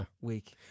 week